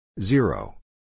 Zero